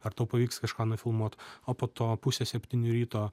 ar tau pavyks kažką nufilmuot o po to pusę septynių ryto